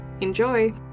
Enjoy